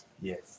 Yes